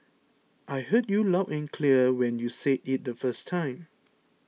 I heard you loud and clear when you said it the first time